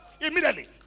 Immediately